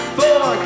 four